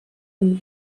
and